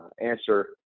answer